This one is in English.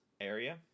area